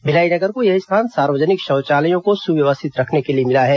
भिलाई नगर को यह स्थान सार्वजनिक शौचालयों को सुव्यवस्थित रखने के लिए मिला है